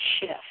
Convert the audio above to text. shift